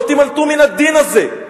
לא תימלטו מן הדין הזה.